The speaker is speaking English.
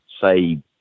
say